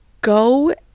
go